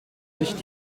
sich